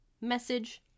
message